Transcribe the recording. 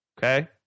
Okay